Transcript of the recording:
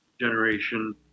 generation